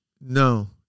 No